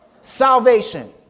salvation